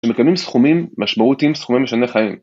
שמקבלים סכומים משמעותיים סכומים משני חיים